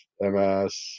MS